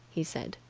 he said.